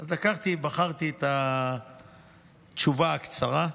אז בחרתי את התשובה הקצרה.